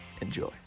Enjoy